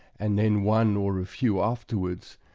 and then one or a few afterwards,